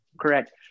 correct